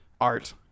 art